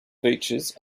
features